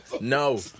No